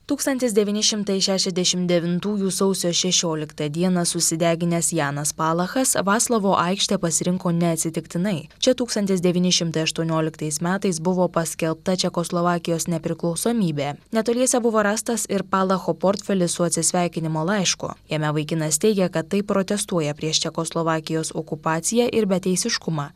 tūkstantis devyni šimtai šešiasdešim devintųjų sausio šešioliktą dieną susideginęs janas palachas vaclovo aikštę pasirinko neatsitiktinai čia tūkstantis devyni šimtai aštuonioliktais metais buvo paskelbta čekoslovakijos nepriklausomybė netoliese buvo rastas ir palacho portfelis su atsisveikinimo laišku jame vaikinas teigė kad taip protestuoja prieš čekoslovakijos okupaciją ir beteisiškumą